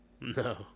No